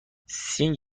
سینک